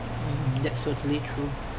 mm that's totally true